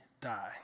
die